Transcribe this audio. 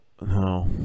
no